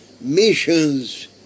Missions